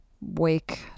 wake